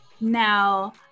Now